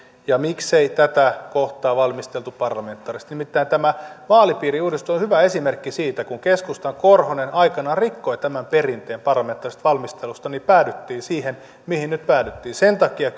ja miksei tätä kohtaa valmisteltu parlamentaarisesti nimittäin tämä vaalipiiriuudistus on hyvä esimerkki siitä kun keskustan korhonen aikanaan rikkoi tämän perinteen parlamentaarisesta valmistelusta että päädyttiin siihen mihin nyt päädyttiin sen takia